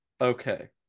okay